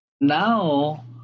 now